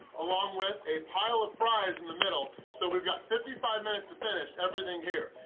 along with a pile of fries in the middle. so we've got fifty five minutes to finish everything here.